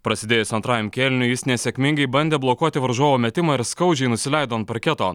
prasidėjus antrajam kėliniui jis nesėkmingai bandė blokuoti varžovo metimą ir skaudžiai nusileido ant parketo